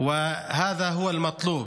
וזה מה שמתבקש.